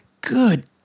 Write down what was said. Good